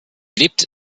lebt